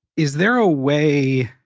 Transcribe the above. is there a way